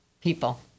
people